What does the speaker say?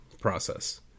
process